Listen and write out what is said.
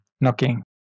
knocking